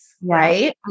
right